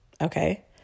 Okay